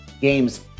games